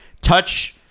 touch